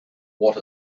what